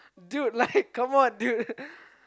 dude like come on dude